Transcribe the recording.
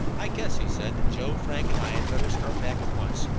i guess, he said, that joe, frank and i had better start back at once.